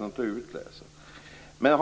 eller någon annan.